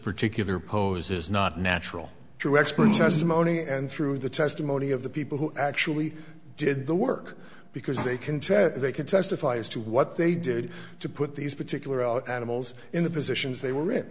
particular pose is not natural to expert testimony and through the testimony of the people who actually did the work because they can tell they can testify as to what they did to put these particular all animals in the positions they were in